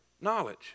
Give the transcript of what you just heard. knowledge